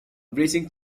breaching